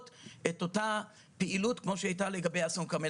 את אותה הפעילות כמו שהייתה באסון הכרמל.